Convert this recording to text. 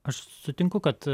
aš sutinku kad